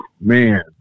man